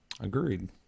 agreed